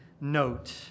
note